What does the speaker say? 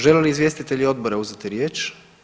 Žele li izvjestitelji odbora uzeti riječ?